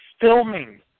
filming